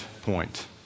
point